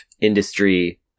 industry